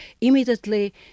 immediately